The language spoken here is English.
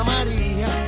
Maria